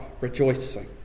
rejoicing